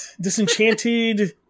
Disenchanted